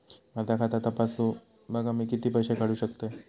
माझा खाता तपासून बघा मी किती पैशे काढू शकतय?